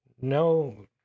no